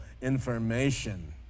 information